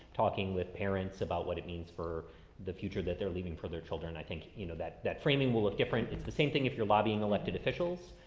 talking with parents about what it means for the future that they're leaving for their children. i think you know that that framing will look different. it's the same thing if you're lobbying elected officials,